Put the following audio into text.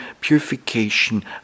purification